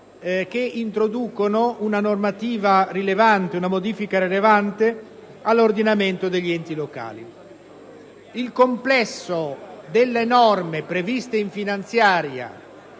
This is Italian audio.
che introducono una modifica rilevante all'ordinamento degli enti locali. Il complesso delle norme previste in finanziaria